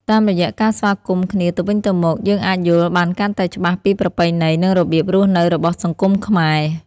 តាមរយៈការស្វាគមន៍គ្នាទៅវិញទៅមក យើងអាចយល់បានកាន់តែច្បាស់ពីប្រពៃណីនិងរបៀបរស់នៅរបស់សង្គមខ្មែរ។